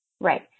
right